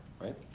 right